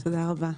תודה רבה.